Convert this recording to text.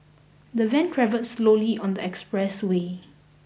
the van travelled slowly on the expressway